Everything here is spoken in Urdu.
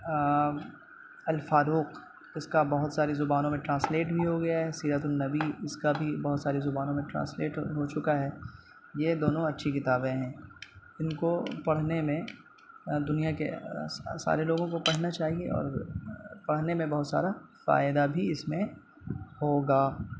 الفاروق اس کا بہت ساری زبانوں میں ٹرانسلیٹ بھی ہوگیا ہے سیرۃ النبی اس کا بھی بہت ساری زبانوں میں ٹرانسلیٹ ہو چکا ہے یہ دونوں اچھی کتابیں ہیں ان کو پڑھنے میں دنیا کے سارے لوگوں کو پڑھنا چاہیے اور پڑھنے میں بہت سارا فائدہ بھی اس میں ہوگا